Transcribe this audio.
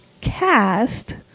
cast